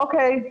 אוקיי.